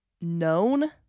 known